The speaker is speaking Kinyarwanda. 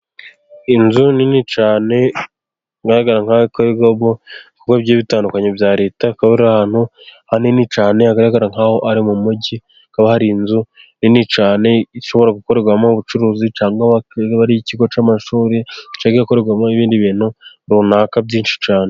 Inzu nini cyane bigaragara nk'aho ikorerwamo ibikorwa bigiye bitandukanye bya leta, ikaba iri ahantu hanini cyane bigaragara nk'aho ari mu mugi, hakaba hari inzu nini cyane ishobora gukorerwamo ubucuruzi cyangwa ikigo cy'amashuri, gikorerwamo n' ibindi bintu runaka byinshi cyane.